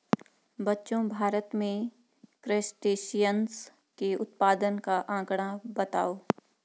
बच्चों भारत में क्रस्टेशियंस के उत्पादन का आंकड़ा बताओ?